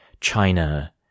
China